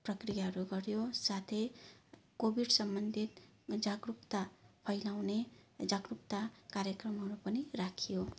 प्रक्रियाहरू गरियो साथै कोविड सम्बन्धित जागरूकता फैलाउने जागरूकता कार्यक्रमहरू पनि राखियो